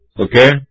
Okay